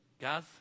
Guys